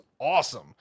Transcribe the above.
awesome